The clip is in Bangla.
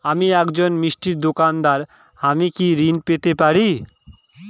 আমি একজন মিষ্টির দোকাদার আমি কি ঋণ পেতে পারি?